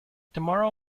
tomorrow